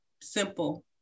simple